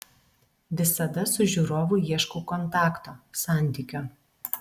visada su žiūrovu ieškau kontakto santykio